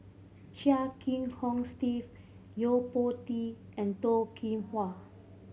Chia Kiah Hong Steve Yo Po Tee and Toh Kim Hwa